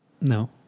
No